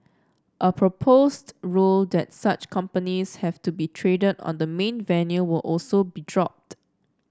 a proposed rule that such companies have to be traded on the main venue will also be dropped